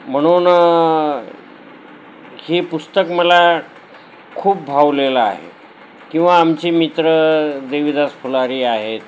म्हणूनं हे पुस्तक मला खूप भावलेलं आहे किंवा आमची मित्र देवीदास फुलारी आहेत